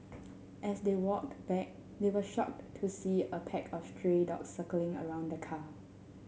as they walked back they were shocked to see a pack of stray dogs circling around the car